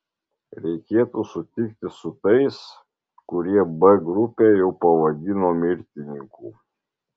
reikėtų sutikti su tais kurie b grupę jau pavadino mirtininkų